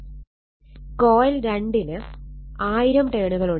coil 2 ന് 1000 ടേണുകളുണ്ട്